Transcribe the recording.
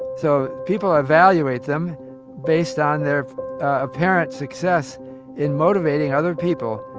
so people evaluate them based on their apparent success in motivating other people.